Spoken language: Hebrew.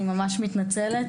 אני ממש מתנצלת,